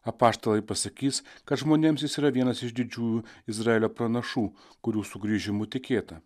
apaštalai pasakys kad žmonėms jis yra vienas iš didžiųjų izraelio pranašų kurių sugrįžimu tikėta